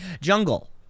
Jungle